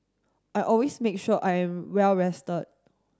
I always make sure I am well rested